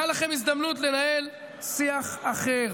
הייתה לכם הזדמנות לנהל שיח אחר,